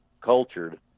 cultured